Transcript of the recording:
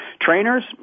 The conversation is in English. Trainers